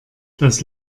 das